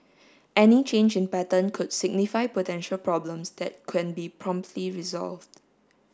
any change in pattern could signify potential problems that can be promptly resolved